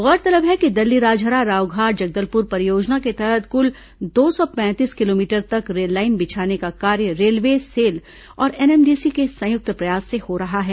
गौरतलब है कि दल्लीराजहरा रावघाट जगदलपुर परियोजना के तहत कुल दो सौ पैंतीस किलोमीटर तक रेल लाइन बिछाने का कार्य रेलवे सेल और एनएमडीसी के संयुक्त प्रयास से हो रहा है